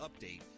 update